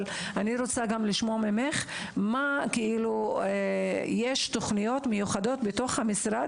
אני רוצה לשמוע ממך האם יש תוכניות מיוחדות במשרד